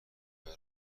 برای